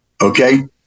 okay